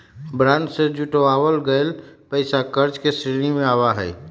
bond से जुटावल गइल पैसा कर्ज के श्रेणी में आवा हई